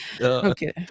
Okay